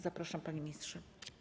Zapraszam, panie ministrze.